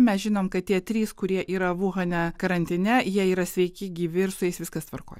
mes žinom kad tie trys kurie yra uhane karantine jie yra sveiki gyvi ir su jais viskas tvarkoj